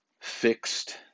fixed